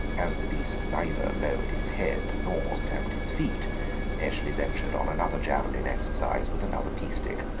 as the beast neither lowered its head nor stamped its feet eshley ventured on another javelin exercise with another pea-stick.